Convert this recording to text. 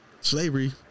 slavery